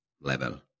level